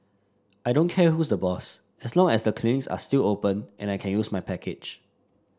I don't care who's the boss as long as the clinics are still open and I can use my package